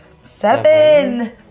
Seven